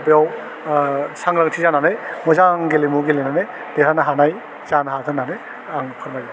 बेयाव साग्रांथि जानानै मोजां गेलेमु गेलेनानै देरहानो हानाय जानो हागोन होन्नानै आं फोरमायो